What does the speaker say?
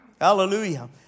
Hallelujah